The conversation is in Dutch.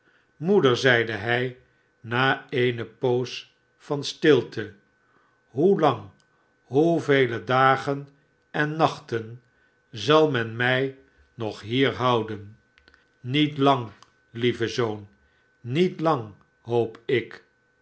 moeder zeide hij na eene poos van stilte shoelang hoevele dagen en nachten zal men mij nog hier houden niet lang lieve zoon niet lang hoop ik